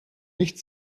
nicht